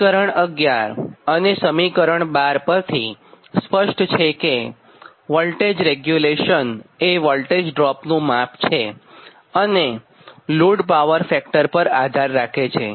સમીકરણ 11 અને સમીકરણ 12 પરથી સ્પષ્ટ છેકે વોલ્ટેજ રેગ્યુલેશન એ વોલ્ટેજ ડ્રોપનું માપ છે અને લોડ પાવર ફેક્ટર પર આધાર રાખે છે